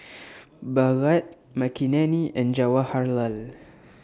Bhagat Makineni and Jawaharlal